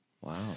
Wow